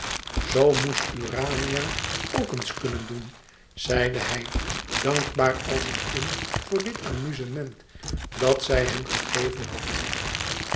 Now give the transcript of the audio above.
zoo moest urania ook eens kunnen doen zeide hij dankbaar als een kind voor dit amuzement dat zij hem gegeven had